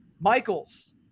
Michael's